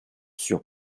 sur